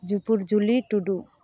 ᱡᱩᱯᱩᱨᱡᱩᱞᱤ ᱴᱩᱰᱩ